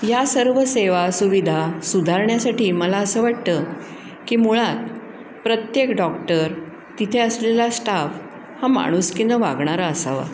या सर्व सेवासुविधा सुधारण्यासाठी मला असं वाटतं की मुळात प्रत्येक डॉक्टर तिथे असलेला स्टाफ हा माणुसकीनं वागणारा असावा